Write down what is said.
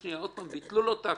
עוד פעם, ביטלו לו את ההכרה.